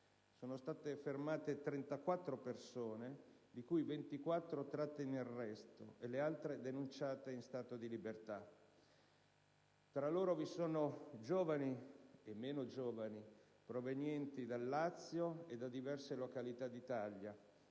Sono state fermate 34 persone, di cui 24 tratte in arresto e le altre denunciate in stato di libertà. Tra loro vi sono giovani - e meno giovani - provenienti dal Lazio e da diverse località d'Italia